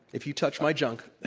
if you touch my junk